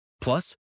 Plus